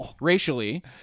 racially